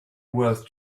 worth